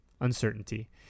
Uncertainty